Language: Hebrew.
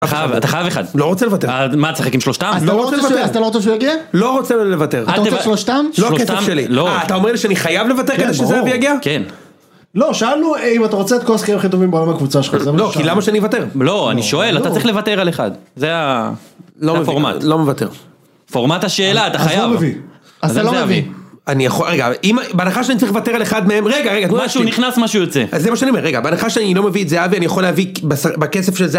אתה חייב אתה חייב 1. לא רוצה לוותר. מה, תשחק עם שלושתם...? אז אתה לא רוצה לוותר? אז אתה לא רוצה שהוא יגיע? אני לא רוצה לוותר.. אתה רוצה את שלושתם? שלושתם... אה אתה אומר שאני חייב לוותר כדי שזהבי יגיע? כן, ברור. לא, שאלנו, אם אתה רוצה את כל השחקנים הכי טובים בעולם בקבוצה שלך זה מה ש... כי למה שאני אוותר? לא. אני שואל, אתה צריך לוותר על 1. לא מוותר. זה הפורמט. פורמט השאלה אתה חייב. אז זה לא מביא. אני יכול, רגע. אם, בהנחה שאני צריך לוותר על אחד מהם, רגע, רגע. משהו נכנס, משהו יוצא. אז זה מה שאני אומר, רגע. בהנחה שאני לא מביא את זהבי, אני יכול להביא בכסף של זה...